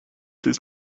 his